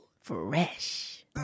Fresh